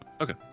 Okay